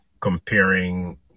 comparing